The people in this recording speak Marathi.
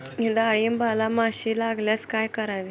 डाळींबाला माशी लागल्यास काय करावे?